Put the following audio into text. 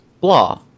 blah